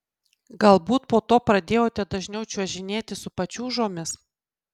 galbūt po to pradėjote dažniau čiuožinėti su pačiūžomis